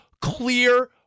clear